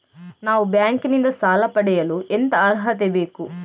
ನಾವು ಬ್ಯಾಂಕ್ ನಿಂದ ಸಾಲ ಪಡೆಯಲು ಎಂತ ಅರ್ಹತೆ ಬೇಕು?